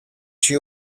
she